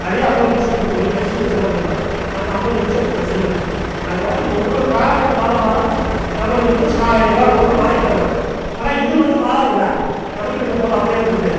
அதே ஐம்பது பைசா கொண்டு போய் மைசூரில் செலவு பண்ணால் அந்த ஐம்பது பைசா இங்கே செல்லல அதுமாதிரி ஒவ்வொரு காலகட்டம் மாற மாற நம்மளுக்கு வந்து எல்லாம் பொருளும் மாறிக்கிட்டு வரும் ஆனால் இது வந்து மாறாதுல்ல நம்மகிட்டே இருக்கிற பொருள் அப்படியே தானே இருக்கு